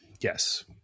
Yes